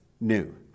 new